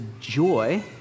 joy